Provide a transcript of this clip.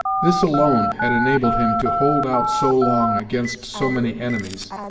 this alone had enabled him to hold out so long, against so many enemies,